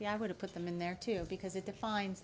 the i would have put them in there too because it defines